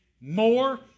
more